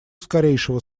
скорейшего